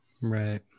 Right